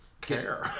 care